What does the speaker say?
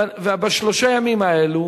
ובשלושה הימים האלה,